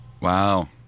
Wow